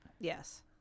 Yes